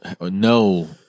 no